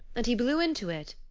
and he blew into it,